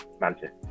Manchester